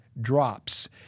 drops